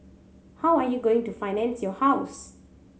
how are you going to finance your house